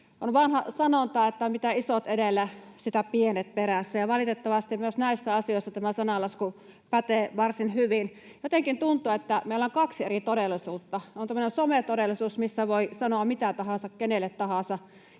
On vanha sanonta, että mitä isot edellä, sitä pienet perässä, ja valitettavasti myös näissä asioissa tämä sananlasku pätee varsin hyvin. Jotenkin tuntuu, että meillä on kaksi eri todellisuutta. On tämä sometodellisuus, missä voi sanoa mitä tahansa kenelle tahansa,